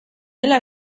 dela